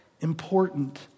important